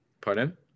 Pardon